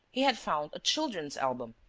he had found a children's album,